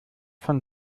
von